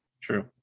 True